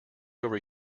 over